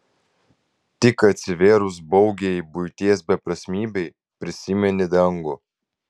tik atsivėrus baugiajai buities beprasmybei prisimeni dangų